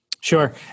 Sure